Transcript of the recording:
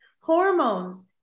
hormones